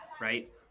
right